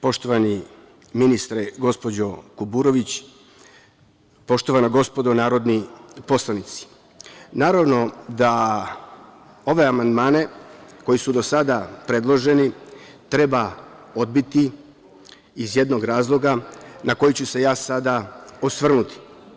Poštovani ministre, gospođo Kuburović, poštovana gospodo narodni poslanici, naravno da ove amandmane, koji su do sada predloženi, treba odbiti iz jednog razloga na koji ću se ja sada osvrnuti.